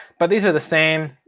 but these are the same.